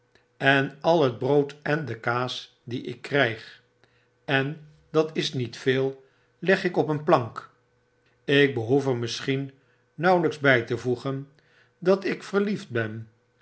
en al het brood en de kaas die ik kryg en dat is niet veel leg ik op een plank ik behoef er misschien nauwelijks by te voegen dat ik verliefd ben